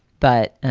but